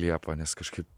liepą nes kažkaip